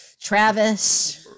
Travis